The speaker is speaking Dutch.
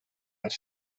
het